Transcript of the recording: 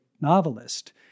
novelist